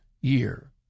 year